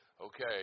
Okay